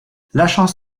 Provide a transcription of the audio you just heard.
lâchant